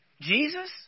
Jesus